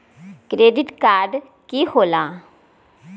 Credit card की होला?